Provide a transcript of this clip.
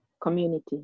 Community